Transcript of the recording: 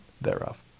thereof